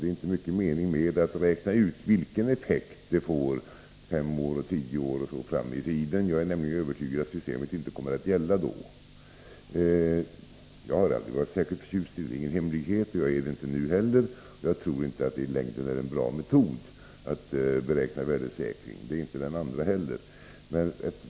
Det är inte mycket mening med att räkna ut vilka effekter detta system får om fem eller tio år. Jag är nämligen övertygad om att systemet inte kommer att gälla då. Jag har aldrig varit särskilt förtjust i det — det är ingen hemlighet — och jag är det inte nu heller, och jag tror inte att det i längden är en bra metod att beräkna värdesäkring. Den andra metoden är inte heller bra.